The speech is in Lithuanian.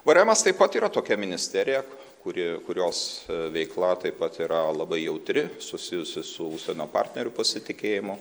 vėrėmas taip pat yra tokia ministerija kuri kurios veikla taip pat yra labai jautri susijusi su užsienio partnerių pasitikėjimu